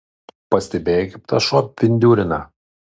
pastebėjai kaip tas šuo pindiūrina